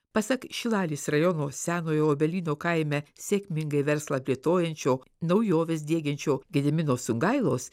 pasak šilalės rajono senojo obelyno kaime sėkmingai verslą plėtojančio naujoves diegiančio gedimino sungailos